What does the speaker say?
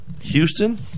Houston